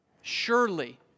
Surely